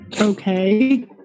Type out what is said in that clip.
Okay